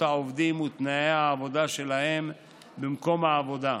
העובדים ותנאי העבודה שלהם במקום העבודה,